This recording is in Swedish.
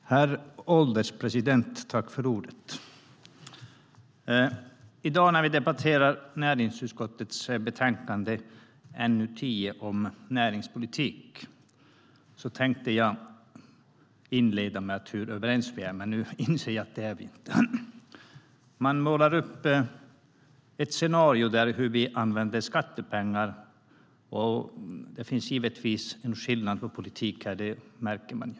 Herr ålderspresident! När vi nu debatterar näringsutskottets betänkande NU10 om näringspolitik tänkte jag inleda med att säga hur överens vi är. Men nu inser jag att det är vi inte. Man målar upp ett scenario när det gäller hur vi använder skattepengar. Det finns givetvis en skillnad i vår politik här. Det märker man ju.